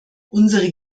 unsere